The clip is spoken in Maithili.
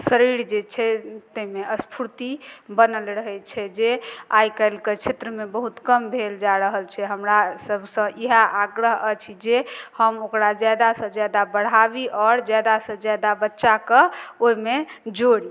शरीर जे छै तैमे स्फूर्ति बनल रहय छै जे आइ काल्हिके क्षेत्रमे बहुत कम भेल जा रहल छै हमरा सबसँ इएह आग्रह अछि जे हम ओकरा जादासँ जादा बढ़ाबी आओर जादासँ जादा बच्चाके ओइमे जोड़ी